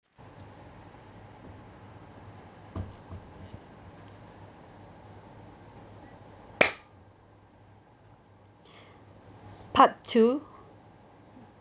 part two